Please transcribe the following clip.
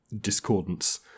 discordance